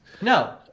No